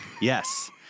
Yes